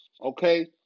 Okay